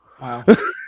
Wow